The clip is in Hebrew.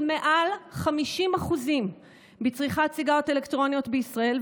מעל 50% בצריכת סיגריות אלקטרוניות בישראל,